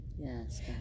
Yes